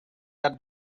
hate